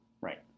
Right